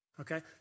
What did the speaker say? okay